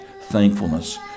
thankfulness